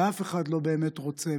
ואף אחד לא באמת רוצה,